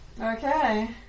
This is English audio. Okay